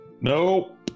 Nope